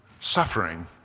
suffering